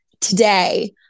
today